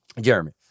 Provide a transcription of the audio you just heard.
Jeremy